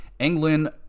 England